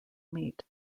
meet